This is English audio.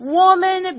woman